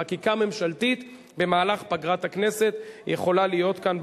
חקיקה ממשלתית במהלך פגרת הכנסת יכולה להיות כאן,